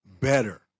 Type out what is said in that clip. better